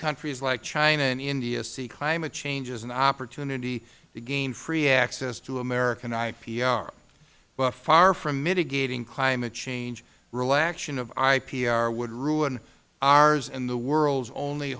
countries like china and india see climate change as an opportunity to gain free access to american ipr but far from mitigating climate change relaxation of ipr would ruin our and the world's only